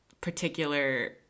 particular